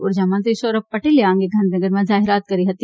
ઉર્જામંત્રી સૌરભ પટેલે આ અંગે ગાંધીનગરમાં જાહેરાત કરી હતી